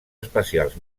espacials